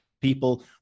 People